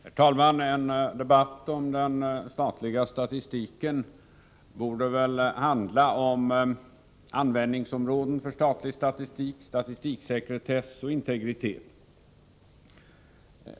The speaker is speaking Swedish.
Herr talman! En debatt om den statliga statistiken borde väl handla om användningsområden för statlig statistik, statistiksekretess och integritet.